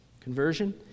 Conversion